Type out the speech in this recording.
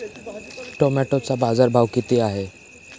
टोमॅटोचा बाजारभाव किती आहे?